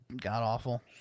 god-awful